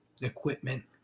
equipment